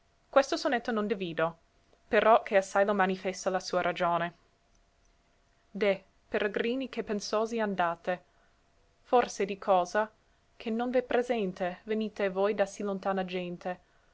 questo sonetto non divido però che assai lo manifesta la sua ragione deh peregrini che pensosi andate forse di cosa che non v'è presente venite voi da sì lontana gente